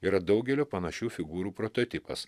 yra daugelio panašių figūrų prototipas